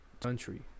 country